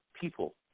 people